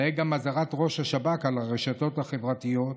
ראה גם אזהרת ראש השב"כ על הרשתות החברתיות,